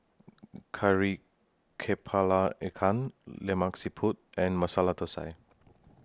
Kari Kepala Ikan Lemak Siput and Masala Thosai